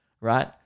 right